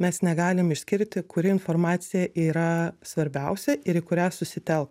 mes negalim išskirti kuri informacija yra svarbiausia ir į kurią susitelkt